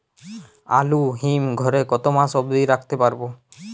আলু হিম ঘরে কতো মাস অব্দি রাখতে পারবো?